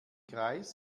greis